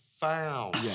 found